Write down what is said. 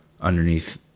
underneath